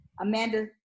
Amanda